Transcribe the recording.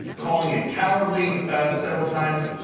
calling it cowardly several times.